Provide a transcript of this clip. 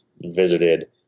visited